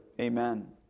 Amen